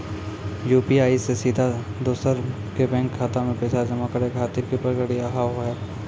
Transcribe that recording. UPI से सीधा दोसर के बैंक खाता मे पैसा जमा करे खातिर की प्रक्रिया हाव हाय?